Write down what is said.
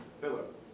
Philip